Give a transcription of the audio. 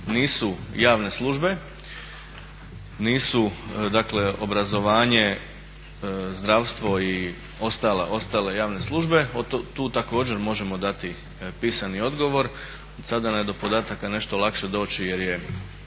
nisu javne službe, nisu obrazovanje, zdravstvo i ostale javne službe tu također možemo dati pisani odgovor. Sada nam je do podataka nešto lakše doći jer smo